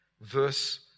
verse